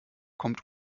kommt